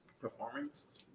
performance